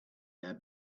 their